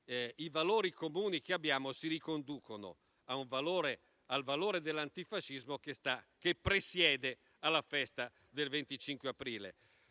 i valori comuni che abbiamo si riconducono al valore dell'antifascismo che presiede la Festa del 25 aprile.